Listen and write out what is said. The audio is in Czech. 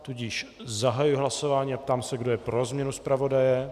Tudíž zahajuji hlasování a ptám se, kdo je pro změnu zpravodaje.